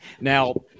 Now